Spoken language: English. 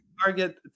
Target